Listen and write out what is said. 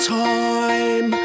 time